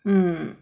mm